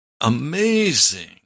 amazing